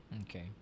Okay